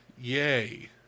yay